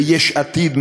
ויש עתיד,